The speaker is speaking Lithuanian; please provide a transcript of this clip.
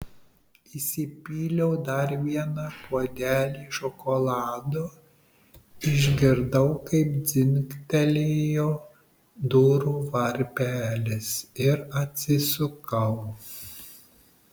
įsipyliau dar vieną puodelį šokolado išgirdau kaip dzingtelėjo durų varpelis ir atsisukau